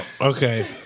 Okay